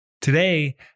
Today